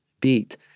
beat